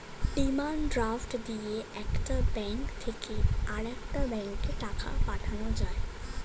demand draft দিয়ে একটা bank থেকে আরেকটা ব্যাঙ্কে টাকা পাঠানো হয়